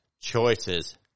choices